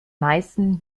meisten